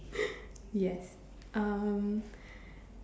yes um